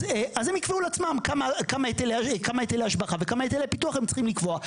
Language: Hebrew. אז הם יקבעו לעצמם כמה היטל השבחה וכמה היטל לפיתוח הם צריכים לקבוע.